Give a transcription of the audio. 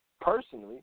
personally